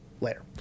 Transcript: Later